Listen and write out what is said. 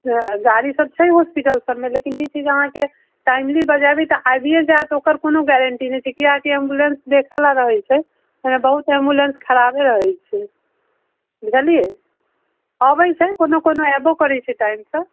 अऽ गाड़ी सभ छै हॉस्पिटल सभमे लेकिन ई चीज अहाँके टाइमली बजेबै तऽ आबिये जायत ओकर कोनो गेरेन्टी नहि छै किएकि एम्बुलेन्स देखै लऽ रहै छै ओहिमे बहुत एम्बुलेन्स खराबे रहै छै बुझलियै अबै छै कोनो कोनो एबो करै छै टाइम सँ